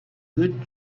good